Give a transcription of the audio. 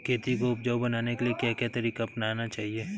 खेती को उपजाऊ बनाने के लिए क्या तरीका अपनाना चाहिए?